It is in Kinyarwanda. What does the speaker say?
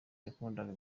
yakundaga